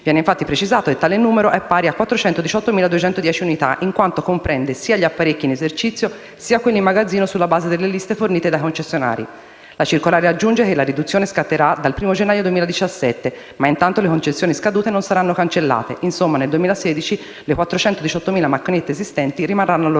Viene, infatti, precisato che tale numero è pari a 418.210 unità in quanto comprende sia gli apparecchi in esercizio sia quelli in magazzino sulla base delle liste fornite dai concessionari. La circolare aggiunge che la riduzione scatterà dal 1° gennaio 2017, ma intanto le concessioni scadute non saranno cancellate. Insomma, nel 2016 le 418.000 macchinette esistenti rimarranno al loro posto.